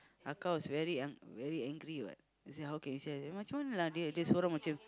Aka was very an~ very angry what he say how can you say like that macam la dia seorang macam